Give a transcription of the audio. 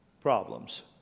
problems